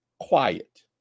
quiet